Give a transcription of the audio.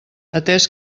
atès